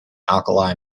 alkali